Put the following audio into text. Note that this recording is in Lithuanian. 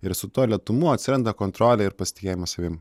ir su tuo lėtumu atsiranda kontrolė ir pasitikėjimas savim